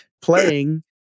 playing